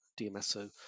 DMSO